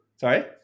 sorry